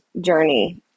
journey